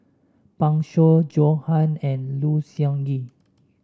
Pan Shou Joan Hon and Low Siew Nghee